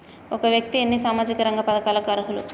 ఒక వ్యక్తి ఎన్ని సామాజిక రంగ పథకాలకు అర్హులు?